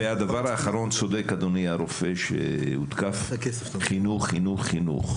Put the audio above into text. צודק אדוני הרופא שהותקף חינוך, חינוך, חינוך